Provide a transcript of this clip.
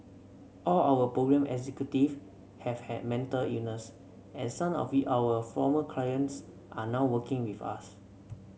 all our programme executive have had mental illness and some of our former clients are now working with us